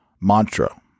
mantra